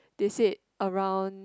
they said around